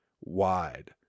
wide